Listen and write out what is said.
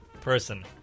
person